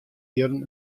jierren